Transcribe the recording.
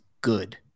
good